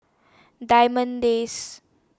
Diamond Days